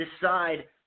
decide